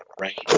right